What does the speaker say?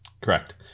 Correct